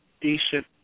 decent